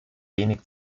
wenig